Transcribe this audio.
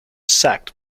sect